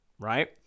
Right